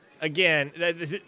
again